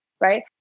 right